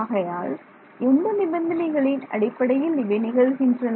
ஆகையால் எந்த நிபந்தனைகளின் அடிப்படையில் இவை நிகழ்கின்றன